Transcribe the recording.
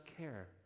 care